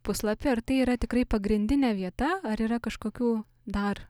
puslapį ar tai yra tikrai pagrindinė vieta ar yra kažkokių dar